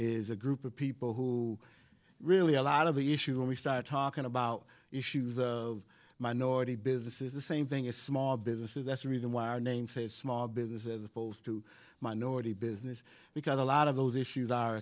is a group of people who really a lot of the issues when we start talking about issues are minority businesses the same thing a small business is that's the reason why our name says small business as opposed to minority business because a lot of those issues